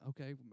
Okay